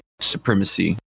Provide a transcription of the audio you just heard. supremacy